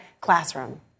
classroom